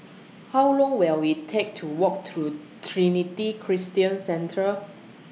How Long Will IT Take to Walk to Trinity Christian Centre